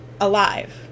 alive